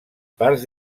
parts